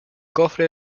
cofre